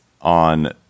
on